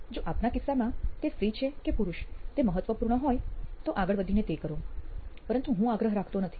જો આપના કિસ્સામાં તે સ્ત્રી છે કે પુરુષ તે મહત્વપૂર્ણ હોય તે આગળ વધીને તે કરો પરંતુ હું આગ્રહ રાખતો નથી